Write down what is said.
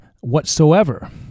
whatsoever